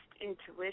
intuition